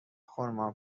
خرما